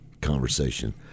conversation